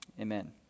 amen